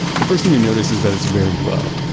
the first thing you notice is that it's very low.